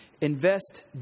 invest